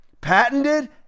patented